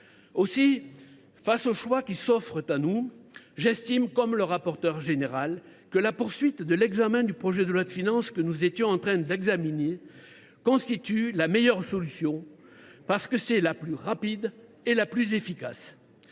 Aussi, face aux choix qui s’offrent à nous, j’estime, comme le rapporteur général, que la poursuite de la discussion du projet de loi de finances que nous étions en train d’examiner constitue la meilleure solution, parce que c’est la plus rapide et la plus efficace.